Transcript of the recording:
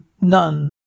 none